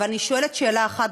אבל אני שואלת שאלה אחת,